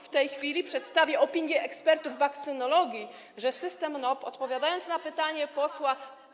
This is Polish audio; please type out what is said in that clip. W tej chwili przedstawię opinię ekspertów wakcynologii, że system - odpowiadając na pytanie posła.